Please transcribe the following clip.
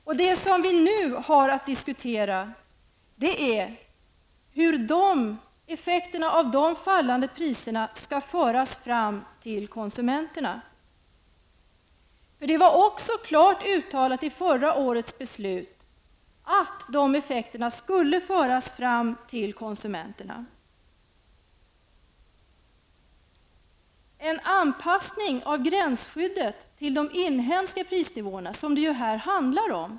Vad vi nu har att diskutera är hur effekterna av dessa fallande priser skall föras fram till konsumenterna. Det uttalades nämligen klart i förra årets beslut att de effekterna skulle föras fram just till konsumenterna. Här handlar det om en anpassning av gränsskyddet till de inhemska prisnivåerna.